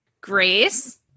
Grace